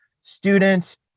student